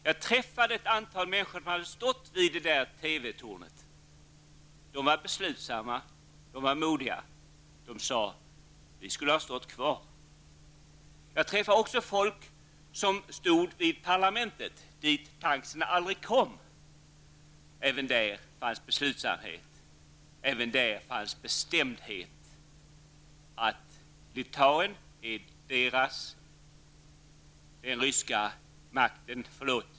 Jag träffade ett antal människor som hade stått vid TV-tornet. De var beslutsamma och modiga. De sade: Vi skulle ha stått kvar. Jag träffade också folk som stod vid parlamentet, dit tankarna aldrig kom. Även där fanns beslutsamhet och bestämdhet att Litauen är deras.